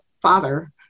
father